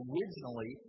Originally